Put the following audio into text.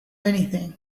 anything